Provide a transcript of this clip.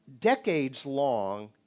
decades-long